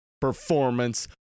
performance